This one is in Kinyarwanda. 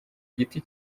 giti